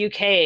UK